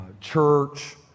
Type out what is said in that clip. church